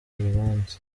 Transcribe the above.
urubanza